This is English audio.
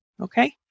Okay